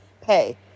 pay